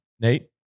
Nate